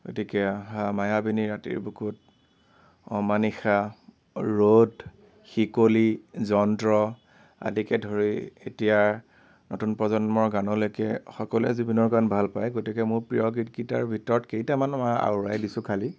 গতিকে মায়াবিনী ৰাতিৰ বুকুত অমানিশা ৰ'দ শিকলি যন্ত্ৰ আদিকে ধৰি এতিয়াৰ নতুন প্ৰজন্মৰ গানলৈকে সকলোৱে জুবিনৰ গান ভাল পায় গতিকে মোৰ প্ৰিয় গীতকেইটাৰ ভিতৰত কেইটামান আওঁৰাই দিছোঁ খালী